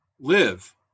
live